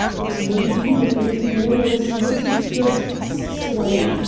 it may be that lady moya was not a skilled coxswain,